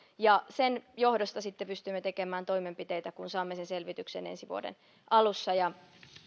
sen johdosta sitten pystymme tekemään toimenpiteitä kun saamme sen selvityksen ensi vuoden alussa